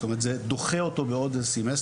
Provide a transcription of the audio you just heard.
זאת אומרת זה דוחה אותו בעוד סמסטר,